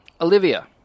Olivia